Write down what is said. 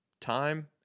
time